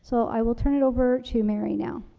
so i will turn it over to mary now.